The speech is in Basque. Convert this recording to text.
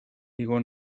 igo